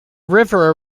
river